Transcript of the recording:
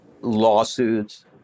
lawsuits